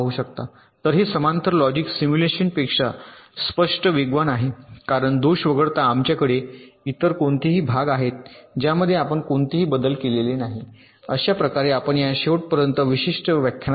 तर हे समांतर लॉजिक सिम्युलेशनपेक्षा स्पष्टपणे वेगवान आहे कारण दोष वगळता आमच्याकडे इतर कोणतेही भाग आहेत ज्यामध्ये आपण कोणतेही बदल केलेले नाही अशा प्रकारे आपण या शेवटपर्यंत विशिष्ट व्याख्यान आलात